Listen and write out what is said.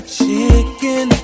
chicken